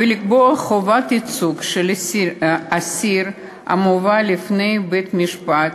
ולקבוע חובת ייצוג של אסיר המובא לפני בית-משפט